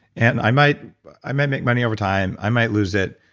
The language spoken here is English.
and i might i might make money over time, i might lose it,